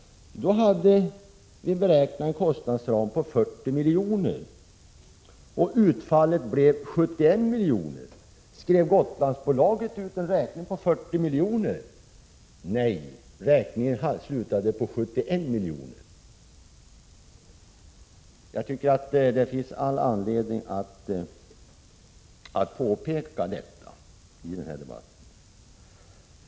Då hade vi en beräknad kostnadsram på 40 miljoner, och utfallet blev 71 miljoner. Skrev Gotlandsbolaget då ut en räkning på 40 miljoner? Nej, räkningen slutade på 71 miljoner. Jag tycker det finns all anledning att påpeka detta i den här debatten.